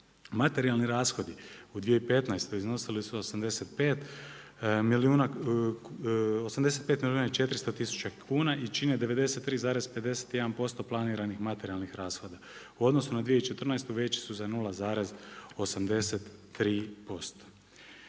Materijalni rashodi u 2015. iznosili su 85 milijuna i 400 tisuća kuna i čine 93,51% planiranih materijalnih rashoda. U odnosu na 2014. veći su za 0,83%.